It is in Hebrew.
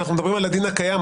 אנו מדברים על הדין הקיים.